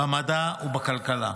במדע ובכלכלה.